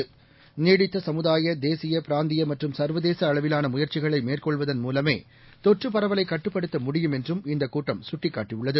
தேசிய நீடித்தசமுதாய பிராந்தியமற்றும்சர்வதேசஅளவிலான முயற்சிகளைமேற்கொள்வதன்மூலமே தொற்றுபரவலைக்கட்டுப்படுத்த முடியும்என்றும்இந்தக்கூட்டம்சுட்டிக்காட்டியுள்ளது